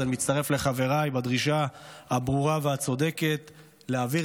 אז אני מצטרף לחבריי בדרישה הברורה והצודקת להעביר